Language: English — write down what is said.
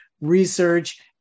research